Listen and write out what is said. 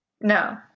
No